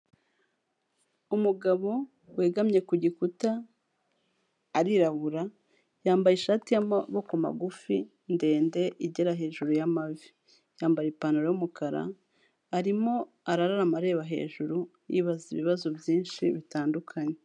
Umugabo wegamye ku gikuta, arirabura, yambaye ishati y'amaboko magufi, ndende igera hejuru y'amavi. Yambaye ipantaro y'umukara, arimo arararama areba hejuru, yibaza ibibazo byinshi bitandukanye.